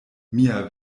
mia